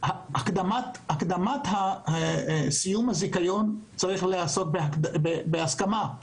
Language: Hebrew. הקדמת סיום הזיכיון צריכה להיעשות בהסכמה.